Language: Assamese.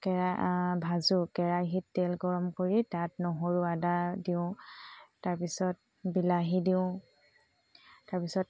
কেৰা ভাজোঁ কেৰাহিত তেল গৰম কৰি তাত নহৰু আদা দিওঁ তাৰপিছত বিলাহী দিওঁ তাৰপিছত